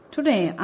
Today